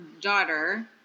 daughter